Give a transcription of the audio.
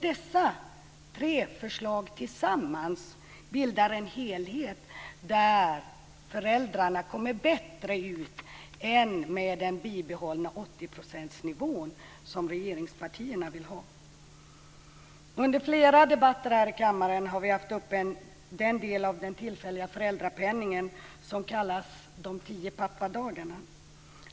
Dessa tre förslag tillsammans bildar en helhet där föräldrarna kommer bättre ut än med den bibehållna 80 procentsnivå som regeringen och samarbetspartierna vill ha. Under flera debatter här i kammaren har vi haft upp den del av den tillfälliga föräldrapenningen som kallas de tio pappadagarna.